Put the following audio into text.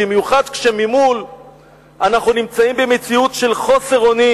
במיוחד כשממול אנחנו נמצאים במציאות של חוסר אונים.